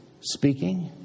speaking